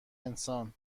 انسان